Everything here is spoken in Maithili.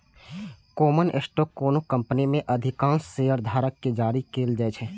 कॉमन स्टॉक कोनो कंपनी मे अधिकांश शेयरधारक कें जारी कैल जाइ छै